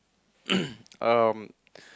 um